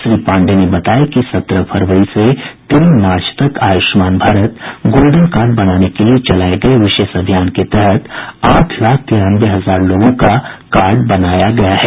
श्री पांडेय ने बताया कि सत्रह फरवरी से तीन मार्च तक आयुष्मान भारत गोल्डन कार्ड बनाने के लिए चलाये गये विशेष अभियान के तहत आठ लाख तिरानवे हजार लोगों का कार्ड बनाया गया है